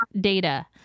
data